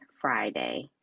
Friday